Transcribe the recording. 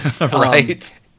right